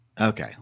Okay